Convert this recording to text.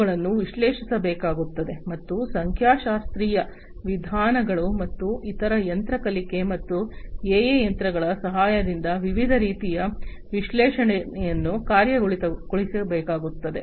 ಅವುಗಳನ್ನು ವಿಶ್ಲೇಷಿಸಬೇಕಾಗುತ್ತದೆ ಮತ್ತು ಸಂಖ್ಯಾಶಾಸ್ತ್ರೀಯ ವಿಧಾನಗಳು ಮತ್ತು ಇತರ ಯಂತ್ರ ಕಲಿಕೆ ಮತ್ತು ಎಐ ತಂತ್ರಗಳ ಸಹಾಯದಿಂದ ವಿವಿಧ ರೀತಿಯ ವಿಶ್ಲೇಷಣೆಯನ್ನು ಕಾರ್ಯಗತಗೊಳಿಸಬೇಕಾಗುತ್ತದೆ